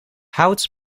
hout